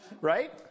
Right